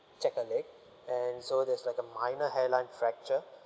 check her leg and so there's like a minor hairline fracture